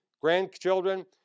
grandchildren